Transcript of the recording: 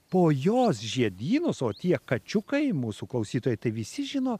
po jos žiedynus o tie kačiukai mūsų klausytojai tai visi žino